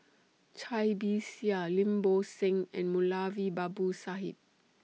Cai Bixia Lim Bo Seng and Moulavi Babu Sahib